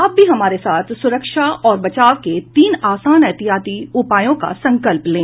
आप भी हमारे साथ सुरक्षा और बचाव के तीन आसान एहतियाती उपायों का संकल्प लें